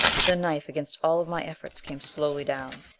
the knife, against all of my efforts, came slowly down.